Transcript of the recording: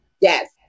Yes